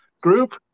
group